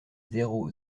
zéro